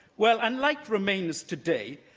well, unlike remainers today,